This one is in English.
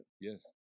Yes